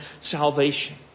salvation